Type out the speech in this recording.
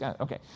Okay